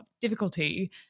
difficulty